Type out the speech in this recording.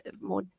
more